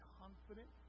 confident